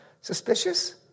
suspicious